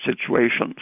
situations